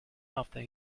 after